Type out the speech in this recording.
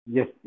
Yes